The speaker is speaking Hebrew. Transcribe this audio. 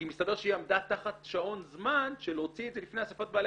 כי מסתבר שהיא עמדה תחת שעון זמן להוציא את זה לפני אסיפת בעלי